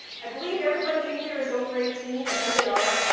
i believe everybody in here is over eighteen. i think they are.